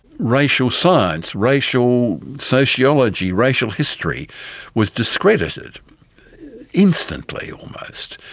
racial, science, racial sociology, racial history was discredited instantly, almost.